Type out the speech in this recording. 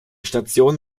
station